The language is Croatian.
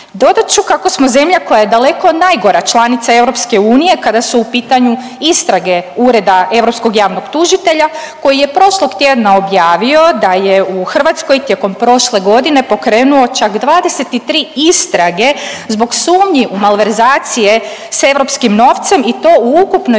Dodat ću kako smo zemlja koja je daleko najgora članica EU kada su u pitanju istrage Ureda europskog javnog tužitelja koji je prošlog tjedna objavio da je u Hrvatskoj tijekom prošle godine pokrenuo čak 23 istrage zbog sumnji u malverzacije s europskim novcem i to u ukupnoj